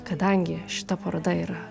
kadangi šita paroda yra